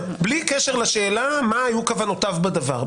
בעיניי זו החלטה אומללה בלי קשר לשאלה מה היו כוונותיו בדבר.